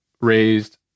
raised